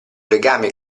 legame